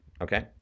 okay